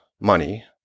money